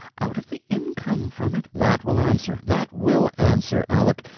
out of the income from it that will answer, that will answer, aleck!